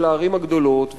הערים הגדולות,